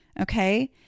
Okay